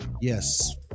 yes